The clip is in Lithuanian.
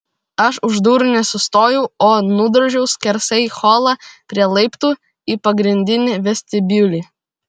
aš už durų nesustojau o nudrožiau skersai holą prie laiptų į pagrindinį vestibiulį